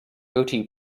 gotti